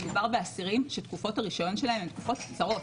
מדובר באסירים שתקופות הרישיון שלהם הן תקופות קצרות,